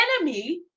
enemy